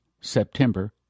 September